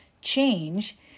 change